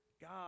God